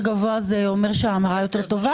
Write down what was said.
ומקדם יותר גבוה זה אומר שההמרה יותר טובה?